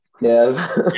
Yes